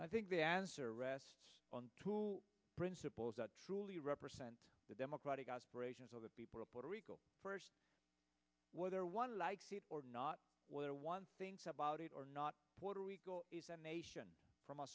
and i think the answer rests on who principles that truly represent the democratic aspirations of the people of puerto rico whether one likes it or not whether one thinks about it or not puerto rico is a nation from a